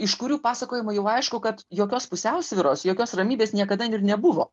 iš kurių pasakojimų jau aišku kad jokios pusiausvyros jokios ramybės niekada ir nebuvo